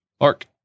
Mark